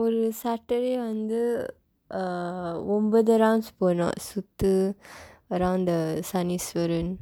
ஒரு:oru saturday வந்து:vandthu uh ஒன்பது:onpathu rounds போனும் சுத்து:poonum suththu around the சனிஸ்வரன்:saniswaran